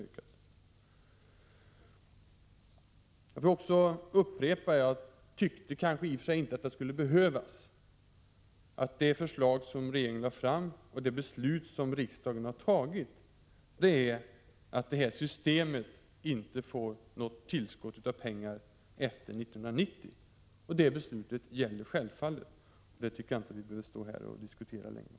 Även om jag i och för sig inte tycker att det skall behövas, vill jag upprepa att regeringens förslag och det på grundval därav fattade riksdagsbeslutet innebär att systemet inte skall få något medelstillskott efter år 1990. Det beslutet gäller självfallet fortfarande. Jag tycker inte att vi skall behöva diskutera den frågan längre.